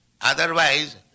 Otherwise